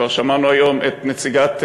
כבר שמענו היום את נציגת,